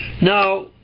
now